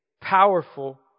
powerful